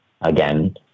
Again